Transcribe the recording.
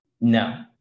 No